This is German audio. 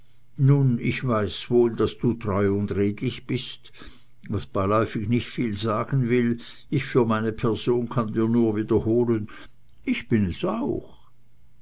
nun ich weiß wohl daß du treu und redlich bist was beiläufig nicht viel sagen will ich für meine person kann dir nur wiederholen ich bin es auch